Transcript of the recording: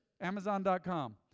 Amazon.com